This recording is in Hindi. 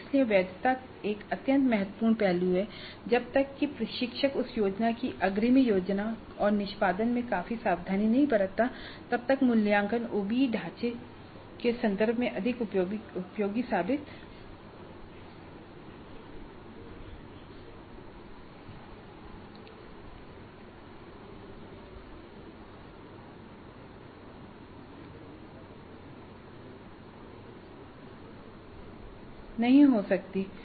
इसलिए वैधता एक अत्यंत महत्वपूर्ण पहलू है और जब तक कि प्रशिक्षक उस योजना की अग्रिम योजना और निष्पादन में काफी सावधानी नही बरतता तब तक मूल्यांकन ओबीई ढांचे के संदर्भ में अधिक उपयोगी साबित नहीं हो सकता है